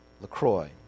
LaCroix